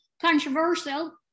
controversial